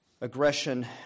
Aggression